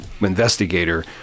investigator